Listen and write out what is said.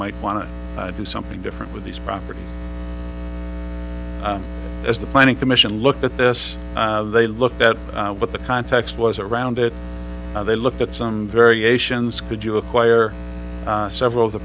might want to do something different with these properties as the planning commission looked at this they looked at what the context was around it they looked at some variations could you acquire several of the